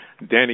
Danny